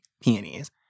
peonies